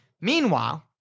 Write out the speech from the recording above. Meanwhile